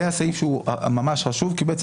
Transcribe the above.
זה הסעיף שהוא ממש חשוב כי הוא אומר